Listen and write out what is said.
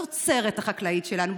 בתוצרת החקלאית שלנו,